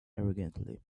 arrogantly